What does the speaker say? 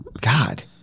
god